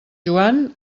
joan